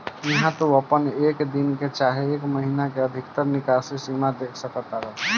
इहा तू आपन एक दिन के चाहे एक महीने के अधिकतर निकासी सीमा देख सकतार